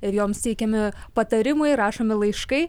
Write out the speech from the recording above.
ir joms teikiami patarimai rašomi laiškai